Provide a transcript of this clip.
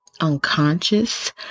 unconscious